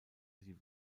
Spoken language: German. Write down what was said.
die